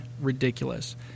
ridiculous